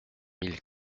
mille